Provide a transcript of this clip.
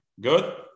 good